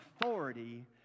authority